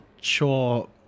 sure